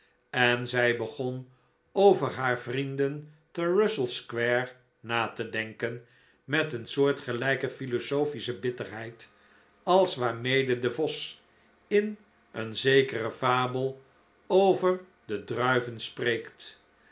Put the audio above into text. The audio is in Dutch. en zij begon over haar vrienden te russell square na te denken met een soortgelijke philosophische bitterheid als waarmede de vos in een zekere fabel over de druiven spreekt